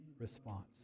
response